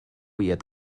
yet